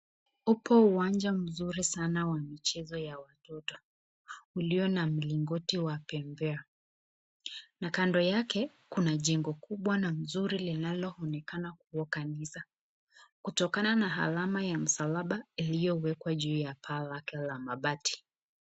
Upo uwanja mzuri sana wa michezo ya watoto ulio na milingoti wa bembea na kando yake kuna jengo kubwa na mzuri linaloonekana kuwa kanisa kutokana na alama ya msalaba iliyowekwa juu ya paa lake la mabati.